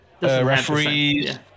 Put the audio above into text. referees